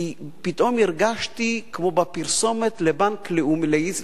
כי פתאום הרגשתי כמו בפרסומת לבנק לאומי,